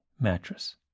Mattress